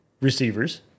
receivers